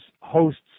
hosts